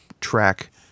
track